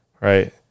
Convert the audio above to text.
Right